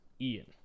ian